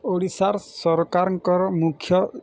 ଓଡ଼ିଶାର୍ ସରକାର୍ ମୁଖ୍ୟ